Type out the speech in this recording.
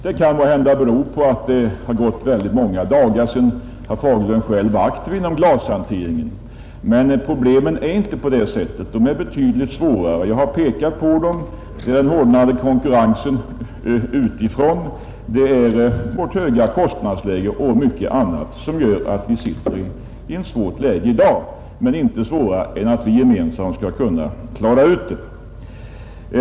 Det kan måhända bero på att det har gått många dagar sedan herr Fagerlund själv var aktiv inom glashanteringen. Men problemen ligger inte till på det sättet; de är betydligt svårare. Jag har pekat på dem: den hårdnande konkurrensen utifrån, vårt höga kostnadsläge och mycket annat som gör att vi har en svår situation i dag, men inte svårare än att vi gemensamt skall kunna klara ut den.